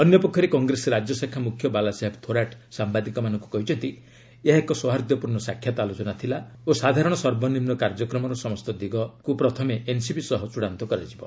ଅନ୍ୟପକ୍ଷରେ କଂଗ୍ରେସ ରାଜ୍ୟଶାଖା ମୁଖ୍ୟ ବାଲାସାହେବ ଥୋରାଟ୍ ସାମ୍ଭାଦିକମାନଙ୍କୁ କହିଛନ୍ତି ଏହା ଏକ ସୌହାର୍ଦ୍ଧ୍ୟପୂର୍ଣ୍ଣ ସାକ୍ଷାତ୍ ଆଲୋଚନା ଥିଲା ଓ ସାଧାରଣ ସର୍ବନିମ୍ନ କାର୍ଯ୍ୟକ୍ରମର ସମସ୍ତ ଦିଗ ବିଷୟକୁ ପ୍ରଥମେ ଏନ୍ସିପି ସହ ଚୃଡ଼ାନ୍ତ କରାଯିବ